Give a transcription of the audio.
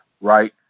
right